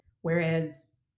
Whereas